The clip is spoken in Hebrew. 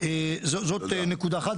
זאת נקודה אחת.